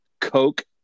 Coke